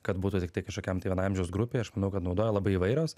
kad būtų tiktai kažkokiam tai vienai amžiaus grupėj aš manau kad naudoja labai įvairios